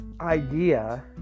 idea